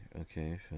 Okay